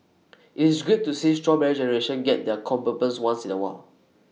IT is great to see Strawberry Generation get their comeuppance once in A while